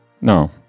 No